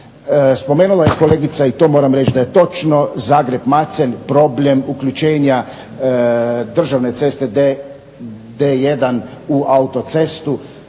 Spomenula je kolegica i to moram reći da je točno Zagreb-Macelj, problem uključenja državne ceste D1 u autocestu,